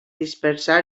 dispersar